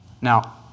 Now